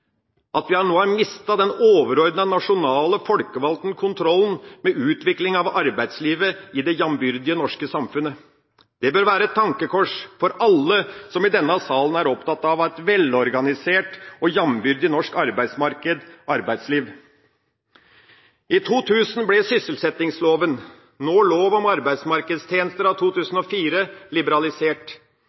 at vi nå har mistet den overordnede, nasjonale, folkevalgte kontrollen med utviklinga av arbeidslivet i det jambyrdige, norske samfunnet. Det bør være et tankekors for alle i denne salen som er opptatt av et velorganisert og jambyrdig norsk arbeidsmarked/arbeidsliv. I 2000 ble sysselsettingsloven, nå lov om arbeidsmarkedstjenester av 2004, liberalisert.